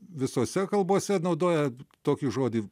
visose kalbose naudoja tokį žodį